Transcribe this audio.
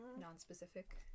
non-specific